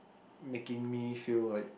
making me feel like